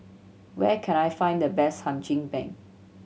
where can I find the best Hum Chim Peng